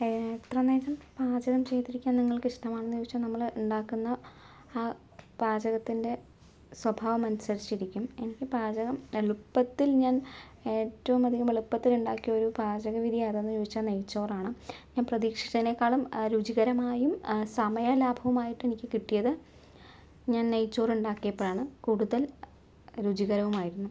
എത്ര നേരം പാചകം ചെയ്തിരിക്കാൻ നിങ്ങൾക്കിഷ്ടമാണെന്ന് ചോദിച്ചാൽ നമ്മളുണ്ടാക്കുന്ന പാചകത്തിൻ്റെ സ്വഭാവമനുസരിച്ചിരിക്കും എനിക്ക് പാചകം എളുപ്പത്തിൽ ഞാൻ ഏറ്റവുമധികം എളുപ്പത്തിൽ ഉണ്ടാക്കിയ ഒരു പാചക വിധി ഏതാന്ന് ചോദിച്ചാൽ നെയ്ച്ചോറാണ് ഞാൻ പ്രതീക്ഷിച്ചതിനെക്കാളും രുചികരമായും സമയ ലാഭവുമായിട്ട് എനിക്ക് കിട്ടിയത് ഞാൻ നെയ്ച്ചോറുണ്ടാക്കിയപ്പോഴാണ് കൂടുതൽ രുചികരവുമായിരുന്നു